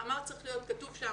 מה צריך להיות שם.